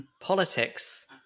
politics